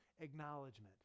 acknowledgement